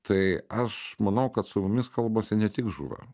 tai aš manau kad su mumis kalbasi ne tik žuvę